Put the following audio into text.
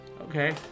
Okay